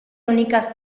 únicas